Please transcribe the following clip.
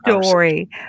story